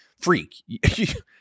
freak